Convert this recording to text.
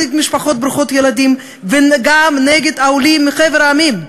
משפחות ברוכות ילדים וגם נגד העולים מחבר המדינות,